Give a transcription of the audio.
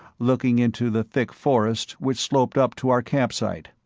looking into the thick forest which sloped up to our campsite.